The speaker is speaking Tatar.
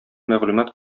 мәгълүмат